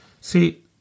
See